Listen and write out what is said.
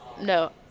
No